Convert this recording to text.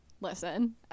Listen